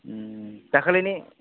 दाखालिनि